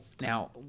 now